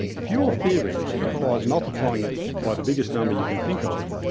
if your theory requires multiplying it by the biggest number you can think of,